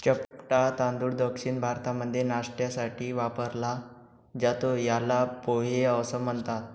चपटा तांदूळ दक्षिण भारतामध्ये नाष्ट्यासाठी वापरला जातो, याला पोहे असं म्हणतात